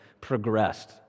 progressed